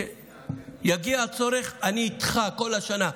וכשיגיע הצורך אני איתך כל השנה,